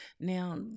now